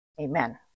Amen